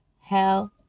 Hell